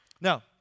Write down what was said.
Now